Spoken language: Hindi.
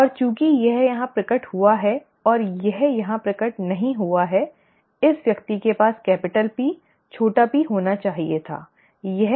और चूंकि यह यहाँ प्रकट हुआ है और यह यहाँ प्रकट नहीं हुआ है इस व्यक्ति के पास कैपिटल P छोटा p होना चाहिए थाठीक